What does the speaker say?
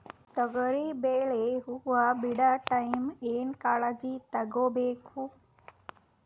ತೊಗರಿಬೇಳೆ ಹೊವ ಬಿಡ ಟೈಮ್ ಏನ ಕಾಳಜಿ ತಗೋಬೇಕು?